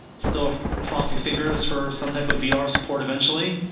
still crossing fingers for some type of vr support eventually